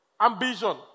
ambition